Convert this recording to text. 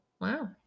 wow